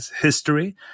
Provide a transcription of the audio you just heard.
history